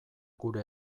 gure